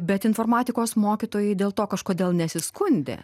bet informatikos mokytojai dėl to kažkodėl nesiskundė